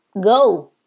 go